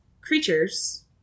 creatures